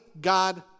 God